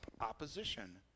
opposition